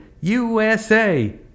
USA